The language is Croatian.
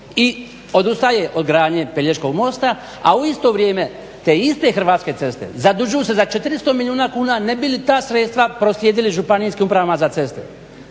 i odustaje od gradnje Pelješkog mosta, a u isto vrijeme te iste Hrvatske ceste zadužuju se za 400 milijuna kuna ne bi li ta sredstva proslijedili ŽUC-u. tu nešto